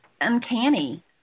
uncanny